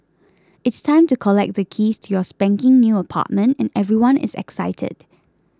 it's time to collect the keys to your spanking new apartment and everyone is excited